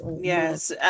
Yes